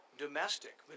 domestic